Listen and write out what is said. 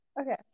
okay